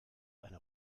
einer